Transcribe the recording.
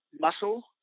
muscle